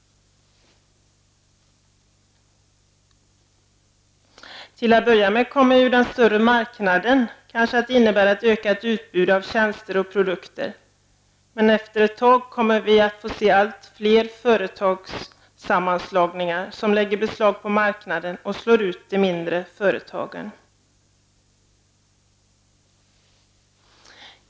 Till att börja med kommer denna större marknad kanske att innebära ett ökat utbud av tjänster och produkter. Men efter ett tag kommer vi att få se allt fler företagssammanslagningar. Man lägger beslag på marknader och slår ut de mindre företagen.